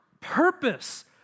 purpose